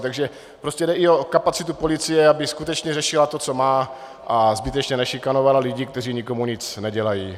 Takže prostě jde i o kapacity policie, aby skutečně řešila to, co má, a zbytečně nešikanovala lidi, kteří nikomu nic nedělají.